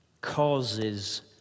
causes